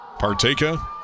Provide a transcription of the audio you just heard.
Parteka